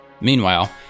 Meanwhile